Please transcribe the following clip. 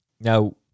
Now